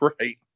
Right